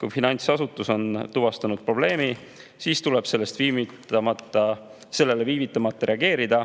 kui finantsasutus on tuvastanud probleemi, siis tuleb sellele viivitamata reageerida,